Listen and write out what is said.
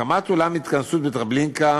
הקמת אולם התכנסות בטרבלינקה